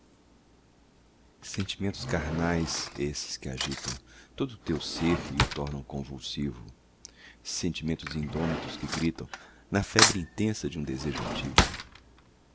sentimentos carnais esses que agitam todo o teu ser e o tornam convulsivo sentimentos indômitos que gritam na febre intensa de um desejo altivo